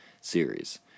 series